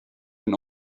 ein